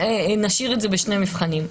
נשאיר את זה בשני מבחנים.